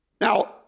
Now